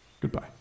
Goodbye